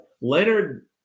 Leonard